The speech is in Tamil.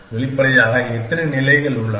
வெளிப்படையாக எத்தனை நிலைகள் உள்ளன